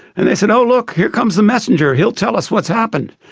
and they said, oh look, here comes the messenger he'll tell us what's happened!